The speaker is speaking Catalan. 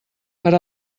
per